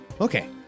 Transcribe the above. Okay